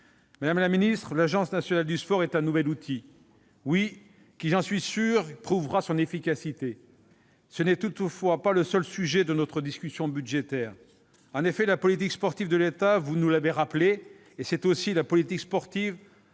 Madame la ministre, l'Agence nationale du sport est un nouvel outil qui, j'en suis sûr, prouvera son efficacité. Ce n'est toutefois pas le seul sujet de notre discussion budgétaire. En effet, la politique sportive de l'État, vous nous l'avez rappelé, c'est aussi la politique sportive